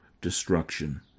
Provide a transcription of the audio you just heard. destruction